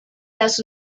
las